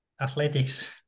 Athletics